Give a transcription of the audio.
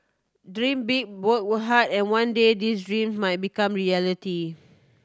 dream big work hard and one day these dream might become a reality